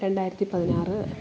രണ്ടായിരത്തി പതിനാറ്